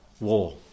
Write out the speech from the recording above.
war